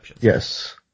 Yes